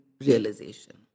realization